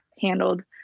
handled